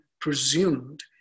presumed